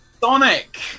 Sonic